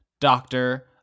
Doctor